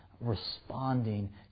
responding